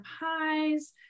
highs